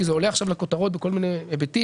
כי זה עולה עכשיו לכותרות בכל מיני היבטים,